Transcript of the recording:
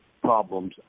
problems